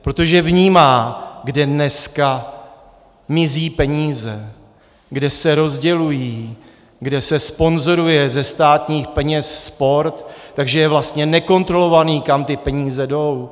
Protože vnímá, kde dneska mizí peníze, kde se rozdělují, kde se sponzoruje ze státních peněz sport, takže je vlastně nekontrolované, kam ty peníze jdou.